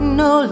no